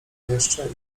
jeszcze